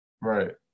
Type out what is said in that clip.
Right